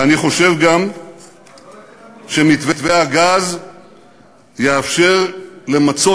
אני חושב גם שמתווה הגז יאפשר למצות